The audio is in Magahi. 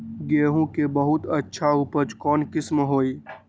गेंहू के बहुत अच्छा उपज कौन किस्म होई?